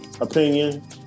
opinion